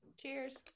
Cheers